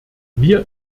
wir